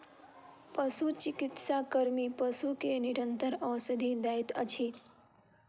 पशुचिकित्सा कर्मी पशु के निरंतर औषधि दैत अछि